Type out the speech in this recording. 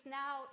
now